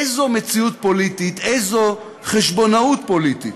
איזו מציאות פוליטית, איזה חשבונאות פוליטית,